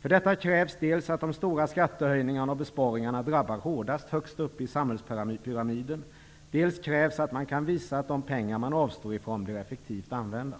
För detta krävs dels att de stora skattehöjningarna och besparingarna drabbar hårdast högst upp i samhällspyramiden, dels att det kan visas att de pengar man avstår ifrån blir effektivt använda.